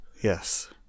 Yes